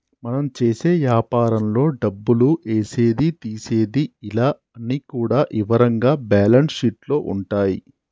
మనం చేసే యాపారంలో డబ్బులు ఏసేది తీసేది ఇలా అన్ని కూడా ఇవరంగా బ్యేలన్స్ షీట్ లో ఉంటాయి